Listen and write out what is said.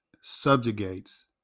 subjugates